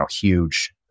huge